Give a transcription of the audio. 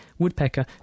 woodpecker